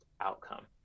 outcome